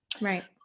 Right